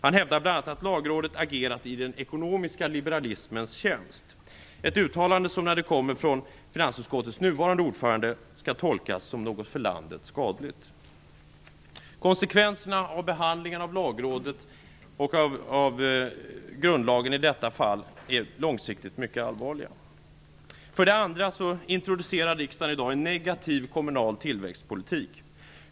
Han hävdade bl.a. att Lagrådet agerat i den ekonomiska liberalismens tjänst, något som enligt finansutskottets nuvarande ordförande, skall tolkas som något för landet skadligt. Konsekvenserna av behandlingen av Lagrådet och av grundlagen i detta fall är långsiktigt mycket allvarliga. För det andra introducerar riksdagen i dag en negativ kommunal tillväxtpolitik.